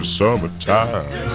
summertime